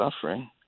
suffering